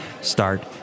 Start